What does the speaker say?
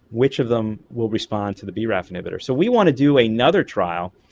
which of them will respond to the braf inhibitors. so we want to do another trial,